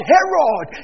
Herod